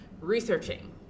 researching